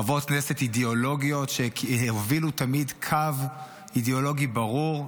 חברות כנסת אידיאולוגיות שהובילו תמיד קו אידיאולוגי ברור,